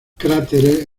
cráteres